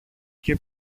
και